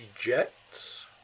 Jets